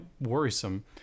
worrisome